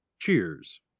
Cheers